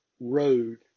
Road